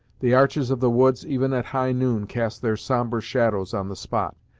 the arches of the woods, even at high noon, cast their sombre shadows on the spot,